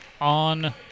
on